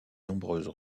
nombreuses